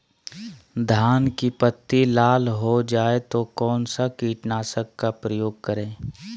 धान की पत्ती लाल हो गए तो कौन सा कीटनाशक का प्रयोग करें?